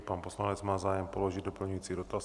Pan poslanec má zájem položit doplňující dotaz.